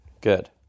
Good